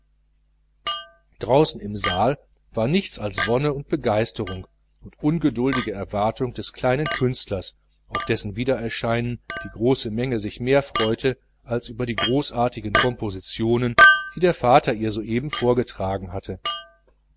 draußen im saal war nichts als wonne und begeisterung und ungeduldige erwartung des kleinen künstlers auf dessen wiedererscheinen die große menge sich mehr freute als über die großartigen kompositionen die der vater ihr soeben vorgetragen hatte